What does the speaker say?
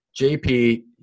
JP